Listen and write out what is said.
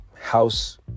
house